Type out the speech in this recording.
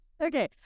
Okay